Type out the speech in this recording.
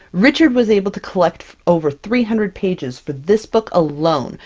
richard was able to collect over three hundred pages for this book alone,